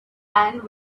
and